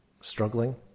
struggling